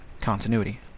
Continuity